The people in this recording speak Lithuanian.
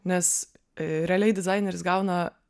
nes realiai dizaineris gauna